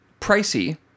pricey